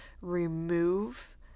remove